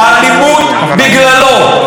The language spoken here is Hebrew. האלימות בגללו,